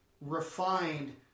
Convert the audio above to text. refined